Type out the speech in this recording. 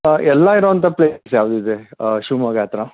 ಹಾಂ ಎಲ್ಲ ಇರೋವಂತ ಪ್ಲೇಸಸ್ ಯಾವುದಿದೆ ಶಿವಮೊಗ್ಗ ಹತ್ರ